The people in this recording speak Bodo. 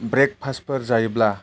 ब्रेकफास्थफोर जायोब्ला